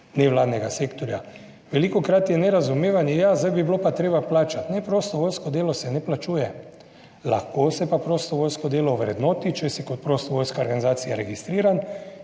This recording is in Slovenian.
nevladnega sektorja. Velikokrat je nerazumevanje, ja, zdaj bi bilo pa treba plačati. Ne, prostovoljsko delo se ne plačuje. Lahko se pa prostovoljsko delo ovrednoti, če si kot prostovoljska organizacija registriran